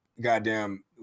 goddamn